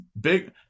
big